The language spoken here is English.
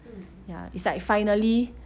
ya it's like finally